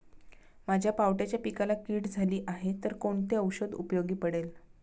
माझ्या पावट्याच्या पिकाला कीड झाली आहे तर कोणते औषध उपयोगी पडेल?